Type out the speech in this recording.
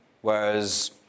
Whereas